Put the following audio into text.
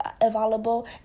Available